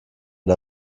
der